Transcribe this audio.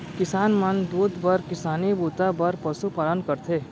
किसान मन दूद बर किसानी बूता बर पसु पालन करथे